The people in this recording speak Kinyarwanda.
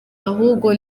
ahubwo